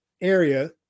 area